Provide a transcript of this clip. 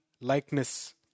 likeness